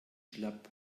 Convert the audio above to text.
schlapp